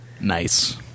Nice